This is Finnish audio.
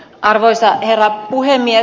arvoisa herra puhemies